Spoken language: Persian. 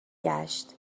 گشت